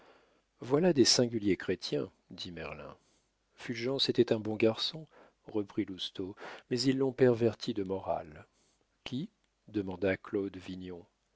voilà de singuliers chrétiens dit merlin fulgence était un bon garçon reprit lousteau mais ils l'ont perverti de morale qui demanda claude vignon